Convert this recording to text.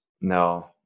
no